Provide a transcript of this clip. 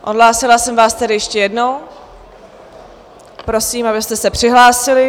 Odhlásila jsem vás tedy ještě jednou, prosím, abyste se přihlásili.